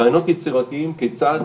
רעיונות יצירתיים כיצד